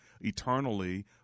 eternally